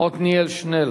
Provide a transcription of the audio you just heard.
עתניאל שנלר.